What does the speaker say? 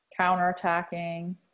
Counterattacking